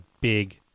big